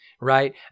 right